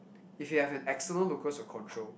if you have an external locus of control